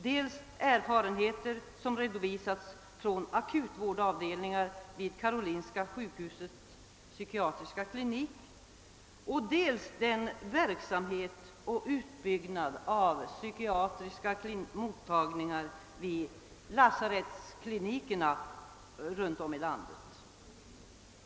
Vi har erfarenheter som redovisats från akutavdelningen vid Karolinska sjukhusets psykiatriska klinik och från verksamhet och utbyggnad av psykiatriska mottagningar vid lasarettsklinikerna runt om i landet.